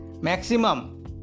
maximum